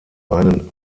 einen